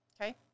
Okay